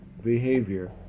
behavior